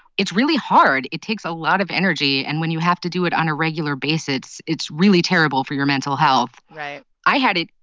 it's really hard. it takes a lot of energy. and when you have to do it on a regular basis, it's really terrible for your mental health right i had it,